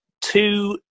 two